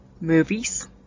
movies